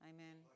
Amen